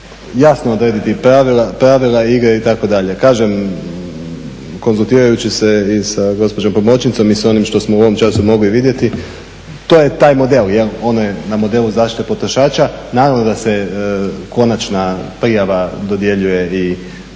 jasno odrediti pravila igre itd. Kažem, konzultirajući se i sa gospođom pomoćnicom i s onim što smo u ovom času mogli vidjeti to je taj model, … na modelu zaštite potrošača. Naravno da se konačna prijava dodjeljuje i